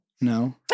No